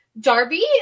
Darby